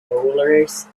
rollers